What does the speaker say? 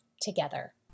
together